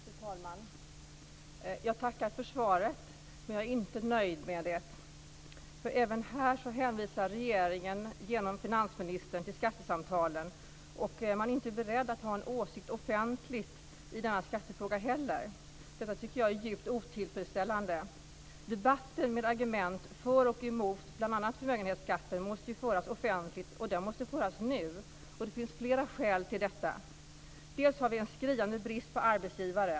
Fru talman! Jag tackar för svaret. Men jag är inte nöjd med det, för även här hänvisar regeringen genom finansministern till skattesamtalen. Man är inte beredd att ha en offentlig åsikt heller i denna skattefråga. Detta tycker jag är djupt otillfredsställande. Debatter med argument för och emot bl.a. förmögenhetsskatten måste ju föras offentligt, och den måste föras nu. Det finns flera skäl till detta. Ett skäl är att vi har en skriande brist på arbetsgivare.